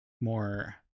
more